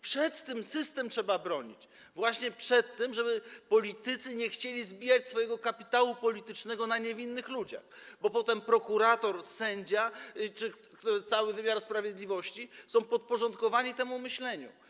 Przed tym trzeba bronić system, właśnie przed tym, żeby politycy nie chcieli zbijać swojego kapitału politycznego na niewinnych ludziach, bo potem prokurator, sędzia czy cały wymiar sprawiedliwości jest podporządkowany temu myśleniu.